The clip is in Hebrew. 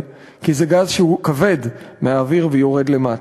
כי זה גז שהוא כבד מהאוויר ויורד למטה.